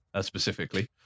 specifically